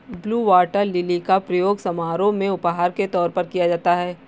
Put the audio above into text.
blue water lily का प्रयोग समारोह में उपहार के तौर पर किया जाता है